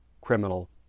criminal